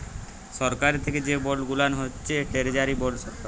সরকারি থ্যাকে যে বল্ড গুলান হছে টেরজারি বল্ড সরকার